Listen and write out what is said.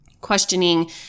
Questioning